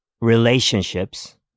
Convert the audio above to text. relationships